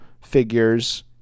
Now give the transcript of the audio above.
figures